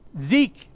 Zeke